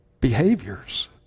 behaviors